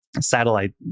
satellite